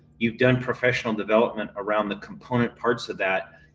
you've done professional development around the component parts of that,